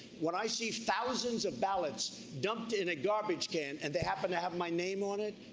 when i see thousands of ballots dumped in a garbage can and they happened to have my name on it,